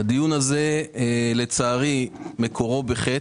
הדיון הזה לצערי מקורו בחטא.